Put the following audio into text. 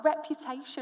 reputation